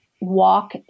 walk